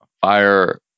fire